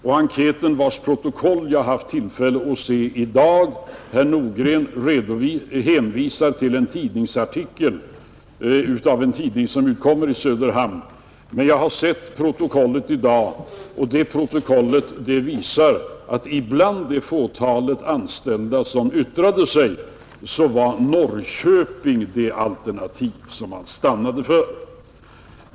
Protokollet från enkäten, som jag har haft tillfälle att se i dag — herr Nordgren hänvisar till en tidningsartikel i en tidning som utkommer i Söderhamn — visar att bland det fåtal anställda som yttrade sig var Norrköping det alternativ man stannade för.